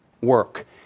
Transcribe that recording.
work